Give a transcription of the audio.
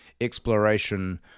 exploration